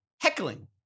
heckling